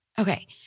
Okay